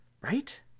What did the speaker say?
Right